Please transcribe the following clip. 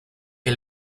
que